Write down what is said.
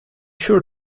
sure